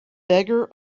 beggar